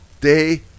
day